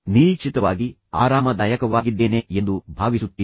ನಿರೀಕ್ಷಿತವಾಗಿ ನಾನು ಈಗ ಸಾಕಷ್ಟು ಆರಾಮದಾಯಕವಾಗಿದ್ದೇನೆ ಎಂದು ನೀವು ಭಾವಿಸುತ್ತೀರಿ